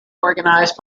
organized